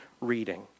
reading